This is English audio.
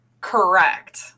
Correct